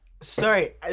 Sorry